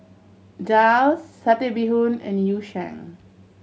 daal Satay Bee Hoon and Yu Sheng